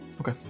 Okay